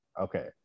Okay